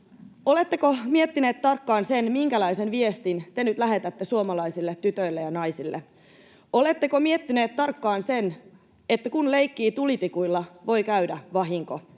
Oletteko miettinyt tarkkaan sen, minkälaisen viestin te nyt lähetätte suomalaisille tytöille ja naisille? Oletteko miettinyt tarkkaan sen, että kun leikkii tulitikuilla, voi käydä vahinko?